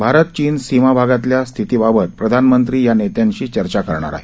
भारत चीन सीमा भागातल्या स्थितीबीबत प्रधानमंत्री या नेत्यांशी चर्चा करणार आहेत